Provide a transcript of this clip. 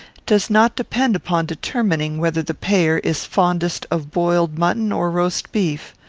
does not depend upon determining whether the payer is fondest of boiled mutton or roast beef.